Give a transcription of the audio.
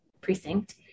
precinct